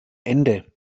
ende